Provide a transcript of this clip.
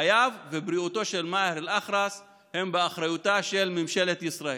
חייו ובריאותו של מאהר אל-אח'רס הם באחריותה של ממשלת ישראל.